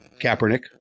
Kaepernick